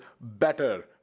better